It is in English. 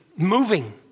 Moving